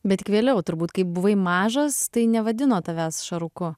bet tik vėliau turbūt kai buvai mažas tai nevadino tavęs šaruku